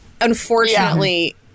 unfortunately